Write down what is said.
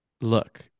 Look